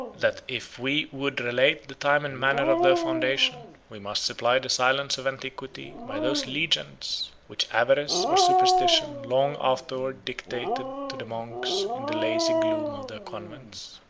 that if we would relate the time and manner of their foundation, we must supply the silence of antiquity by those legends which avarice or superstition long afterwards dictated to the monks in the lazy gloom of their convents.